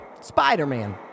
Spider-Man